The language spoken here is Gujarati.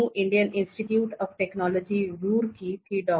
હું Indian Institute of Technology - Roorkee થી ડો